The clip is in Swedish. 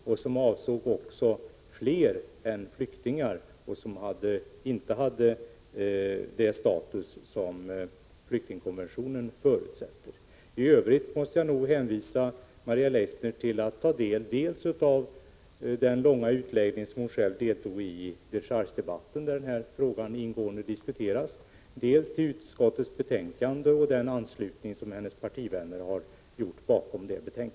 Detta system avsåg andra än flyktingar, dvs. sådana som inte hade den status som flyktingkonventionen förutsätter. I övrigt måste jag rekommendera Maria Leissner att ta del dels av den långa utläggning som hon deltog i vid dechargedebatten, då denna fråga ingående debatterades, dels av utskottets betänkande som hennes partivänner har anslutit sig till.